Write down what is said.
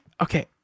Okay